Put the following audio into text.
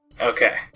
okay